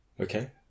Okay